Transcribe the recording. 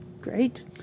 Great